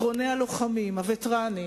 אחרוני הלוחמים, הווטרנים,